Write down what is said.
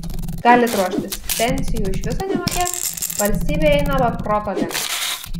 galit ruoštis pensijų iš viso nemokės valstybė eina babkroto link